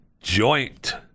joint